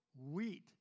wheat